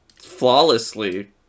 flawlessly